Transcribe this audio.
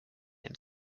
them